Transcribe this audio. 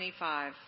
25